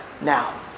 now